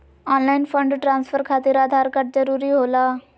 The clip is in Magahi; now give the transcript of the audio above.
ऑनलाइन फंड ट्रांसफर खातिर आधार कार्ड जरूरी होला?